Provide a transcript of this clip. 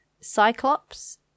Cyclops